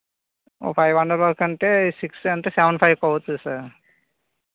ఒక five hundred వరకు అంటే సిక్స్ అంటే సెవెన్ ఫైవ్కి అవుతుంది సార్